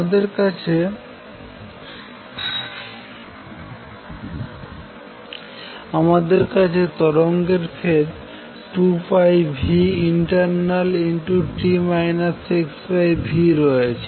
আমাদের কাছে তরঙ্গের ফেজ 2πinternalt xv রয়েছে